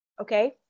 Okay